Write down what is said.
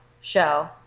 show